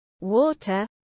water